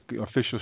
Official